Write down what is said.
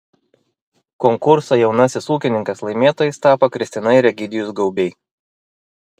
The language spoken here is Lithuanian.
konkurso jaunasis ūkininkas laimėtojais tapo kristina ir egidijus gaubiai